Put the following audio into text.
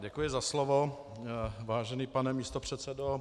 Děkuji za slovo, vážený pane místopředsedo.